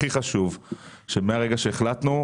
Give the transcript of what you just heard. הכי חשוב זה שמהרגע שהחלטנו,